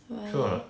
true or not